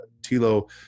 Tilo